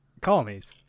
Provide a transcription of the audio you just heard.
colonies